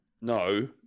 no